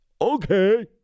Okay